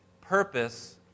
purpose